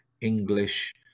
English